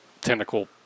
tentacle